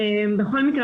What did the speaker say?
בכל מקרה,